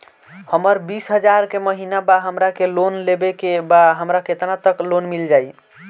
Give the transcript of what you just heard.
हमर बिस हजार के महिना बा हमरा के लोन लेबे के बा हमरा केतना तक लोन मिल जाई?